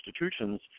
institutions